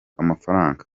amafaranga